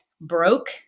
broke